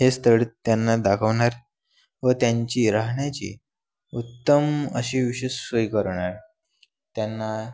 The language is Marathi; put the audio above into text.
हे स्थळ त्यांना दाखवणार व त्यांची राहण्याची उत्तम अशी विशिष्ट सोय करणार त्यांना